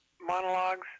monologues